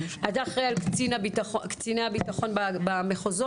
אתה אחראי על קציני הביטחון במחוזות?